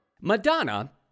Madonna